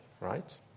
right